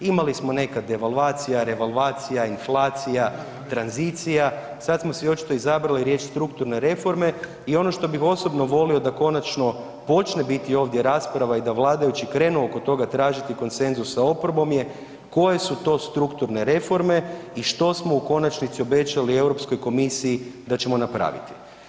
Imali smo nekad evaluacija, revalvacija, inflacija, tranzicija, sad smo si očito izabrali riječ strukturne reforme i ono što bih osobno volio da konačno počne biti ovdje rasprava i da vladajući krenu oko toga tražiti konsenzus sa oporbom je koje su to strukturne reforme i što smo u konačnici obećali EU komisiji da ćemo napraviti.